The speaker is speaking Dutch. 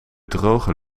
droge